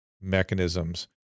mechanisms